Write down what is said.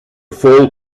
fall